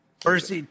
First